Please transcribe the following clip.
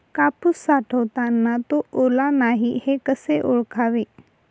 कापूस साठवताना तो ओला नाही हे कसे ओळखावे?